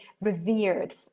revered